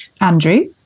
Andrew